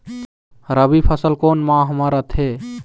रबी फसल कोन माह म रथे?